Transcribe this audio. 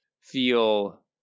feel